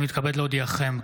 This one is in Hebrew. אני מתכבד להודיעכם,